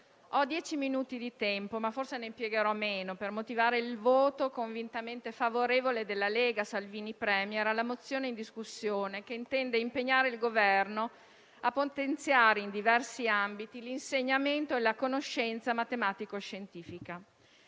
ho dieci minuti di tempo, ma forse ne impiegherò meno per motivare il voto convintamente favorevole del Gruppo Lega-Salvini Premier-Partito Sardo d'Azione alla mozione in discussione, che intende impegnare il Governo a potenziare in diversi ambiti l'insegnamento e la conoscenza matematico-scientifica.